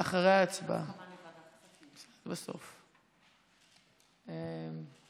ההצעה להעביר את הצעת חוק אנשי צבא דרום לבנון ומשפחותיהם (תיקון),